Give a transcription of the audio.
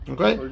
Okay